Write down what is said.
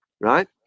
right